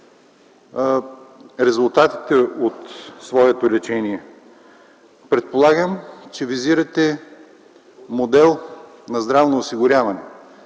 резултати от своето лечение. Предполагам, че визирате модел на здравно осигуряване,